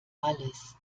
alles